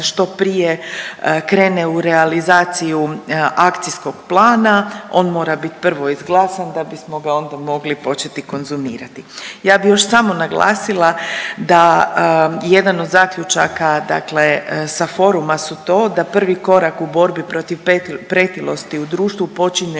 što prije krene u realizaciju akcijskog plana, on mora bit prvo izglasan da bismo ga onda mogli početi konzumirati. Ja bih još samo naglasila da jedan od zaključaka dakle sa foruma su to da prvi korak u borbi protiv pretilosti u društvu počinje